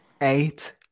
Eight